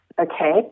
okay